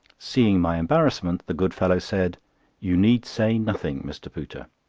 seeing my embarrassment, the good fellow said you need say nothing, mr. pooter,